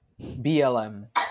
BLM